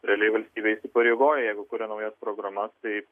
realiai valstybė įsipareigoja jeigu kuria naujas programas tai